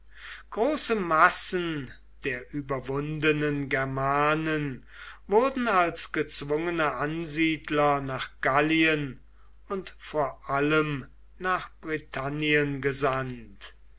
große massen der überwundenen germanen wurden als gezwungene ansiedler nach gallien und vor allem nach britannien gesandt